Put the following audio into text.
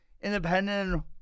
Independent